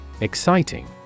Exciting